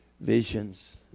Visions